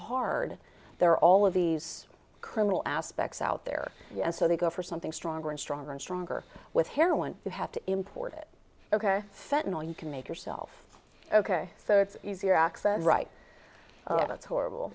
hard there are all of these criminal aspects out there and so they go for something stronger and stronger and stronger with heroin you have to import it ok fentanyl you can make yourself ok so it's easier access right that's horrible